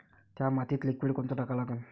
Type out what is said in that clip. थ्या मातीत लिक्विड कोनचं टाका लागन?